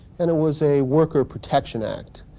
and it was a worker protection act.